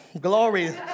Glory